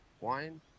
wine